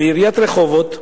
ועיריית רחובות,